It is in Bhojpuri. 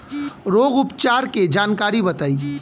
रोग उपचार के जानकारी बताई?